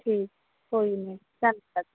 ਠੀਕ ਕੋਈ ਨਹੀਂ ਧੰਨਵਾਦ